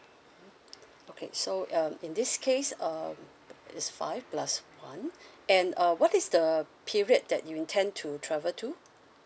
okay so um in this case um it's five plus one and uh what is the period that you intend to travel to